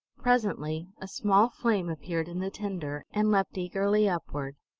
presently a small flame appeared in the tinder, and leaped eagerly upward.